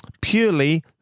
purely